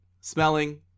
smelling